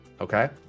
okay